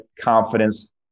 confidence